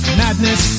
madness